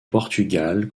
portugal